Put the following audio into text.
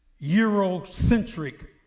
Eurocentric